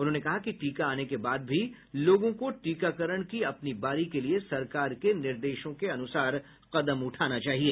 उन्होंने कहा कि टीका आने के बाद भी लोगों को टीकाकरण की अपनी बारी के लिए सरकार के निर्देशों के अनुसार कदम उठाना चाहिए